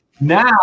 Now